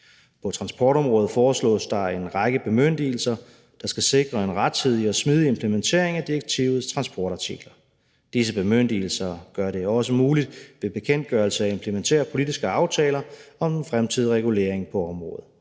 På transportområdet foreslås der en række bemyndigelser, der skal sikre en rettidig og smidig implementering af direktivets transportartikler. Disse bemyndigelser gør det også muligt ved bekendtgørelse at implementere politiske aftaler om den fremtidige regulering på området.